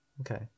Okay